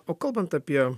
o kalbant apie